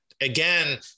again